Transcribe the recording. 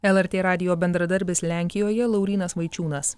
lrt radijo bendradarbis lenkijoje laurynas vaičiūnas